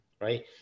right